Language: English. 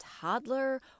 toddler